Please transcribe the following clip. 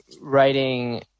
writing